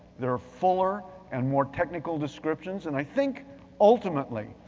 there are fuller, and more technical descriptions, and i think ultimately,